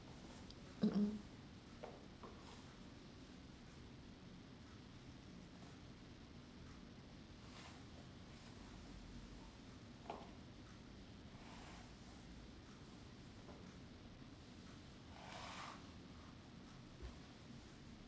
mm mm